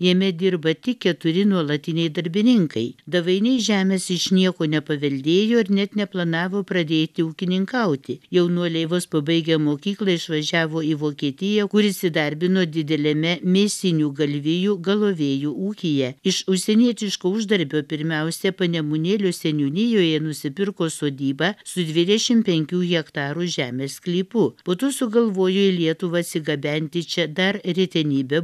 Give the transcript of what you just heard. jame dirba tik keturi nuolatiniai darbininkai davainiai žemės iš nieko nepaveldėjo ir net neplanavo pradėti ūkininkauti jaunuoliai vos pabaigę mokyklą išvažiavo į vokietiją kur įsidarbino dideliame mėsinių galvijų galovėjų ūkyje iš užsienietiško uždarbio pirmiausia panemunėlio seniūnijoje nusipirko sodybą su dvidešimt penkių hektarų žemės sklypu po to sugalvojo į lietuvą atsigabenti čia dar retenybe